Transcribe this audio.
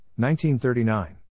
1939